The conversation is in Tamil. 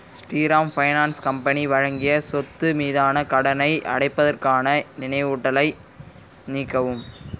ஸ்ரீராம் ஃபைனான்ஸ் கம்பெனி வழங்கிய சொத்து மீதான கடனை அடைப்பதற்கான நினைவூட்டலை நீக்கவும்